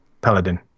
Paladin